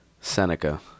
Seneca